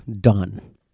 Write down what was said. done